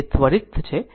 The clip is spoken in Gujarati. જાણ્યું